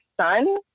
son